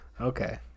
Okay